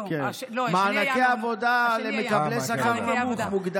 מענקי עבודה מוגדלים למקבלי שכר נמוך.